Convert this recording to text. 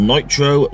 Nitro